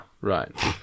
right